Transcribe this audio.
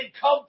come